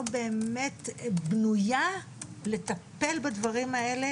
באמת בנויה לטפל בדברים האלה,